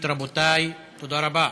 רבותי, תודה רבה.